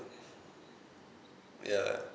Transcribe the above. ya